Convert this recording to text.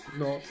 no